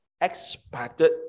expected